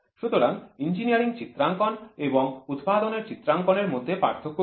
সুতরাং ইঞ্জিনিয়ারিং চিত্রাঙ্কন এবং উৎপাদনের চিত্রাঙ্কন এর মধ্যে পার্থক্য কি